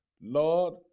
Lord